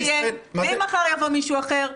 ואם מחר יבוא מישהו אחר?